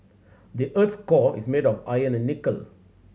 the earth's core is made of iron and nickel